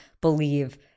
believe